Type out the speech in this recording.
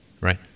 Right